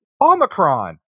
Omicron